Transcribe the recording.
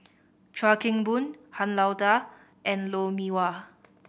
Chuan Keng Boon Han Lao Da and Lou Mee Wah